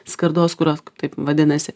skardos kurios taip vadinasi